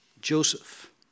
Joseph